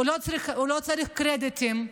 הוא לא צריך קרדיטים,